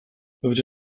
lotsa